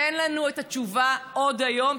תן לנו את התשובה עוד היום.